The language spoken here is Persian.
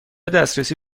دسترسی